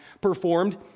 performed